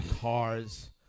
cars